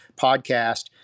podcast